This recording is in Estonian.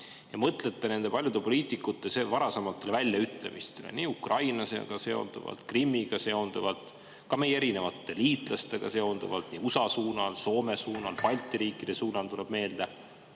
ja mõtlete nende paljude poliitikute varasematele väljaütlemistele nii Ukrainaga seonduvalt, Krimmiga seonduvalt kui ka meie erinevate liitlastega seonduvalt, nagu USA suunal, Soome suunal, Balti riikide suunal, tuleb meelde,